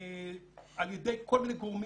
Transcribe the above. על ידי כל מיני גורמים,